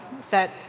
set